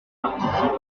participe